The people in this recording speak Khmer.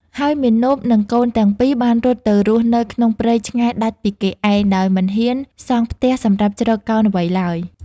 ហើយមាណពនិងកូនទាំងពីរបានរត់ទៅរស់នៅក្នុងព្រៃឆ្ងាយដាច់ពីគេឯង ដោយមិនហ៊ានសង់ផ្ទះសម្រាប់ជ្រកកោនអ្វីឡើយ។